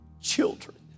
children